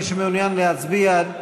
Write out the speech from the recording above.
מי שמעוניינים להצביע,